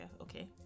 Okay